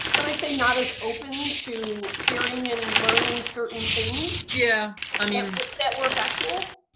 but i say not as open to hearing and learning certain things? yeah. um yeah um that were factual.